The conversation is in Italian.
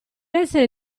essere